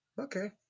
okay